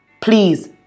please